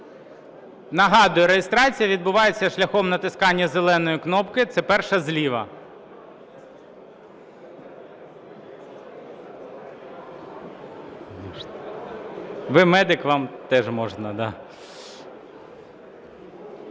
Нагадую, реєстрація відбувається шляхом натискання зеленої кнопки, це перша зліва. Ви медик – вам теж можна,